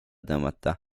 tõmmata